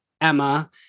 Emma